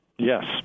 Yes